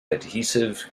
adhesive